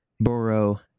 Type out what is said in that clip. Borough